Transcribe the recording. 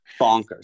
bonkers